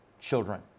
children